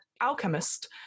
Alchemist